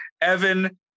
Evan